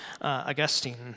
Augustine